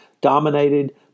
dominated